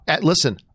Listen